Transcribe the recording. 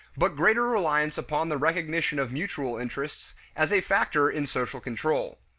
but greater reliance upon the recognition of mutual interests as a factor in social control.